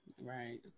Right